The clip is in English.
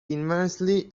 immensely